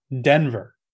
Denver